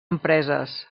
empreses